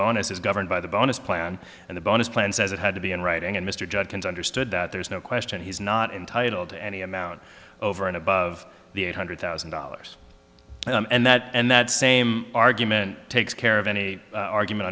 bonus is governed by the bonus plan and the bonus plan says it had to be in writing and mr judkins understood that there's no question he's not entitled to any amount over and above the eight hundred thousand dollars and that and that same argument takes care of any argument